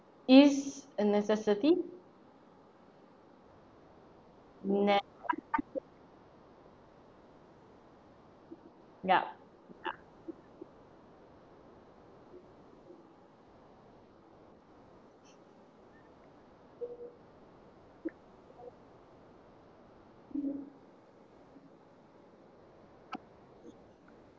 is a necessity ya ya